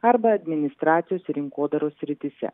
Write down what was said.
arba administracijos rinkodaros srityse